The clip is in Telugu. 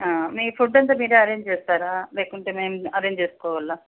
మీరు ఫుడ్ అంతా మీరే అరేంజ్ చేస్తారా లేకుంటే మేము అరేంజ్ చేసుకోవాలా